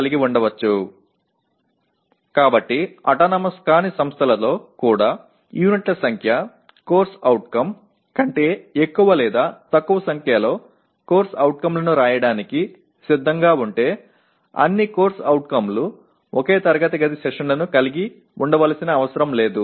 ஆகவே தன்னாட்சி அல்லாத நிறுவனங்களில் கூட அலகுகளின் எண்ணிக்கையை விட அதிகமாகவோ அல்லது குறைவாகவோ CO களை எழுத ஒருவர் தயாராக இருந்தால் CO அனைத்து CO களுக்கும் ஒரே எண்ணிக்கையிலான வகுப்பறை அமர்வுகள் தேவையில்லை சரியா